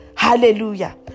Hallelujah